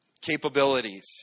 capabilities